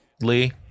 lee